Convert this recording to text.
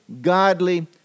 godly